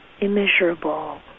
immeasurable